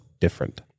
different